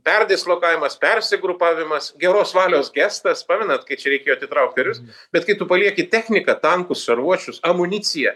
perdislokavimas persigrupavimas geros valios gestas pamenat kai čia reikėjo atitraukti karius bet kai tu palieki techniką tankus šarvuočius amuniciją